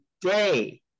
day